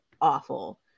awful